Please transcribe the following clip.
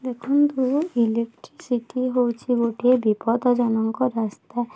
ଦେଖନ୍ତୁ ଇଲେକ୍ଟ୍ରିସିଟି ହେଉଛି ଗୋଟିଏ ବିପଜ୍ଜନକ ରାସ୍ତା